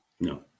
No